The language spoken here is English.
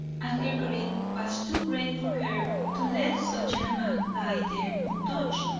and her greed was too great for her to let such an amount lie there untouched,